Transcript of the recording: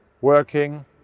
working